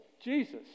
Jesus